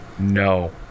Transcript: No